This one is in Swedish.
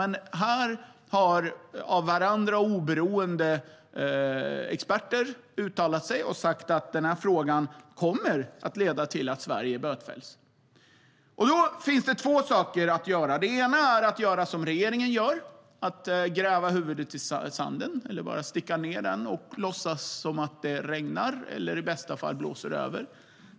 Men här har av varandra oberoende experter uttalat sig och sagt att denna fråga kommer att leda till att Sverige bötfälls. Då finns det två saker att göra. Det ena är att göra som regeringen gör och sticka huvudet i sanden och låtsas som att det regnar eller i bästa fall blåser över.